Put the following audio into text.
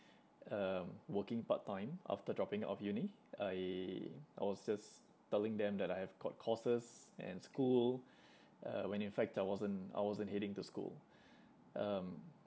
uh working part-time after dropping out of uni I I was just telling them that I have got courses and school uh when in fact I wasn't I wasn't heading to school um